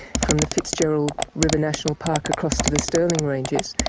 from the fitzgerald river national park across to the stirling ranges,